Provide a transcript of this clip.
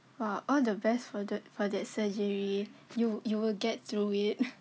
!wah! all the best for that for that surgery you you will get through it